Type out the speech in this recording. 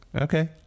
Okay